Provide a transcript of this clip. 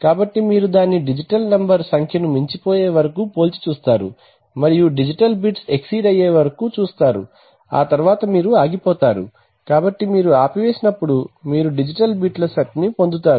కాబట్టి మీరు దానిని డిజిటల్ నంబర్ సంఖ్యను మించిపోయే వరకు పోల్చి చూస్తారు మరియు డిజిటల్ బిట్స్ ఎక్సీడ్ అయ్యే కరకు చేస్తారు ఆ తరువాత మీరు ఆగిపోతారు కాబట్టి మీరు ఆపివేసినప్పుడు మీరు డిజిటల్ బిట్ల సెట్ ని పొందుతారు